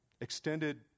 extended